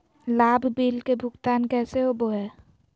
लाभ बिल के भुगतान कैसे होबो हैं?